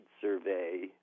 survey